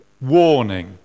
warning